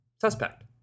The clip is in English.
suspect